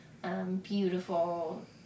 Beautiful